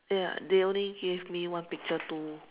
ya they only gave me one picture too